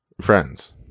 friends